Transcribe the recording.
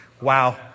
Wow